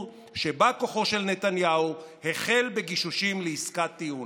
שבא כוחו של נתניהו החל בגישושים לעסקת טיעון.